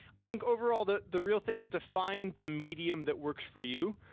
i think overall, the the real thing is to find the medium that works for you.